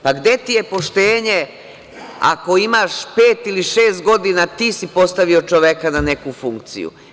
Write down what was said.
Pa, gde ti je poštenje ako imaš pet ili šest godina, ti si postavio čoveka na neku funkciju?